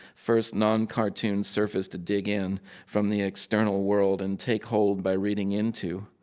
first non-cartoon surface to dig in from the external world and take hold by reading into.